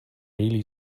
really